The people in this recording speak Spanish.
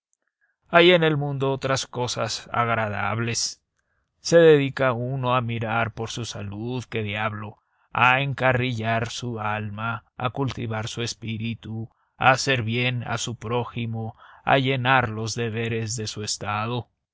hay en el mundo otras cosas agradables se dedica uno a mirar por su salud qué diablo a encarrilar su alma a cultivar su espíritu a hacer bien a su prójimo a llenar los deberes de su estado